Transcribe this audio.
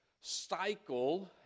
cycle